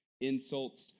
insults